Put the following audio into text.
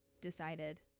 decided